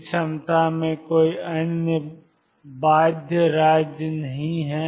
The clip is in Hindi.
इस क्षमता में कोई अन्य बाध्य राज्य नहीं हैं